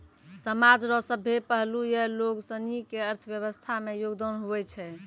समाज रो सभ्भे पहलू या लोगसनी के अर्थव्यवस्था मे योगदान हुवै छै